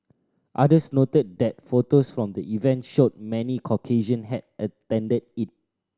others noted that photos from the event showed many Caucasian had attended it